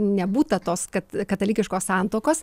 nebūta tos kat katalikiškos santuokos